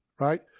right